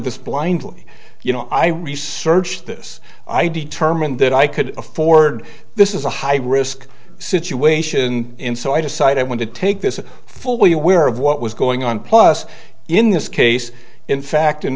this blindly you know i researched this i determined that i could afford this is a high risk situation in so i decided i want to take this fully aware of what was going on plus in this case in fact in